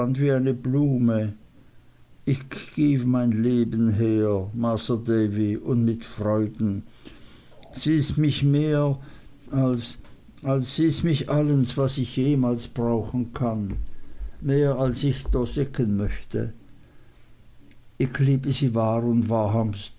wie eine blume ick giw mien leben her masr davy und mit freuden sie is mich mehr als sie is mich allens was ich jemals brauchen kann mehr als ick to seggen vermöchte ick ich liebe sie wahr und